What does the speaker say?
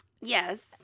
Yes